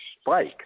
spike